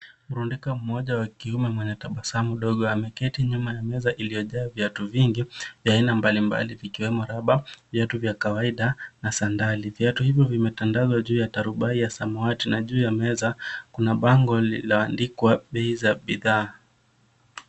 Burundika mmoja wa kiume mwenye tabasamu ndogo ameketi nyuma ya meza iliojaa vyatu vingi vya aina mbali mbali ikiwemo rubber vyatu vya kawaida na sandali. Vyatu hivyo vimetandazwa juu ya tarubai ya samawati na juu ya meza kuna bango limeandikwa bei za bidhaa.